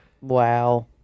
Wow